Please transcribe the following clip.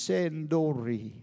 Sendori